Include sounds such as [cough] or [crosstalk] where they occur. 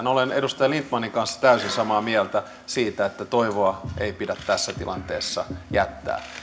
[unintelligible] olen edustaja lindtmanin kanssa täysin samaa mieltä siitä että toivoa ei pidä tässä tilanteessa jättää